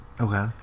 Okay